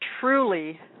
truly